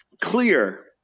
clear